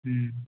हूँ